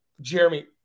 jeremy